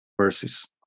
verses